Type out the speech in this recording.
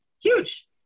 huge